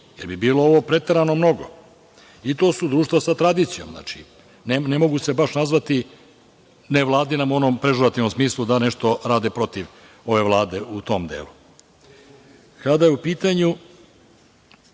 jer bi bilo ovo preterano moglo. To su društva sa tradicijom. Ne mogu se baš nazvati nevladinom u onom pežerativnom smislu da nešto rade protiv ove Vlade u tom delu. Kada je u pitanju